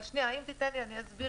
אבל אני אסביר.